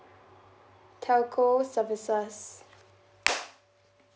telco services